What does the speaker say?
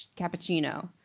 cappuccino